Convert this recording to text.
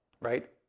right